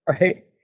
right